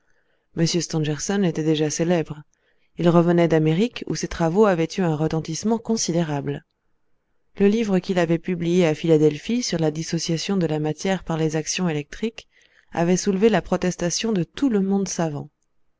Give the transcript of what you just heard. était déjà célèbre il revenait d'amérique où ses travaux avaient eu un retentissement considérable le livre qu'il avait publié à philadelphie sur la dissociation de la matière par les actions électriques avait soulevé la protestation de tout le monde savant